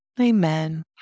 Amen